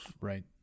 Right